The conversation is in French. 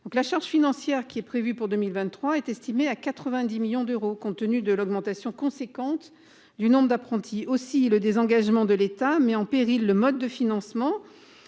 la charge financière qui est prévu pour 2023 est estimé à 90 millions d'euros, compte tenu de l'augmentation conséquente du nombre d'apprentis aussi le désengagement de l'État met en péril le mode de financement,